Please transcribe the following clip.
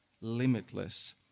limitless